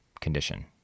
condition